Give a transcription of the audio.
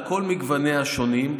על כל מגווניה השונים.